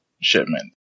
shipment